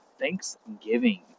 Thanksgiving